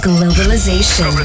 Globalization